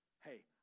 Hey